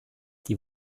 die